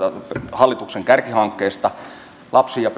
hallituksen kärkihankkeesta lapsi ja